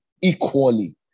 Equally